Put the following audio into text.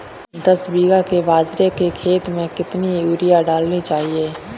दस बीघा के बाजरे के खेत में कितनी यूरिया डालनी चाहिए?